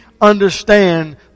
understand